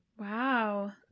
wow